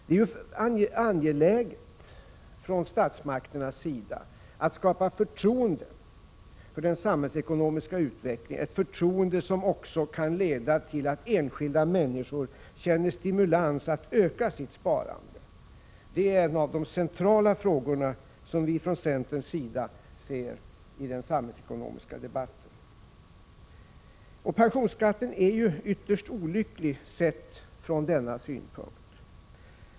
Det är angeläget för statsmakterna att skapa förtroende för den samhällsekonomiska utvecklingen, ett förtroende som också kan leda till att enskilda människor känner stimulans att öka sitt sparande. Detta är en av de centrala frågor som vi från centerns sida ser i den samhällsekonomiska debatten. Pensionsskatten är ytterst olycklig ur denna synpunkt.